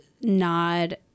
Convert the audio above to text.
nod